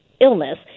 illness